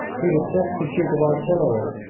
he was destitute of artillery,